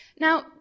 Now